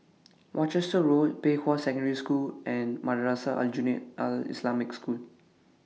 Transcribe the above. Worcester Road Pei Hwa Secondary School and Madrasah Aljunied Al Islamic School